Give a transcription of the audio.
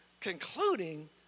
Concluding